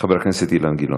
חבר הכנסת אילן גילאון.